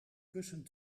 kussen